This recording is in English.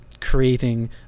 creating